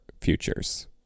Futures